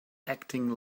acting